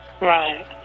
Right